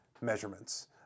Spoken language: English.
measurements